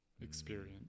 experience